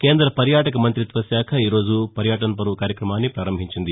కేందవర్యాటక మంత్రిత్వకాఖ ఈ రోజు వర్యాటవ్వర్వ్ కార్యక్రమాన్ని పారంభించింది